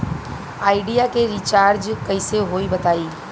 Idea के recharge कइसे होई बताईं?